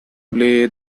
play